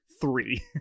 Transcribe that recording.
three